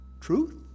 truth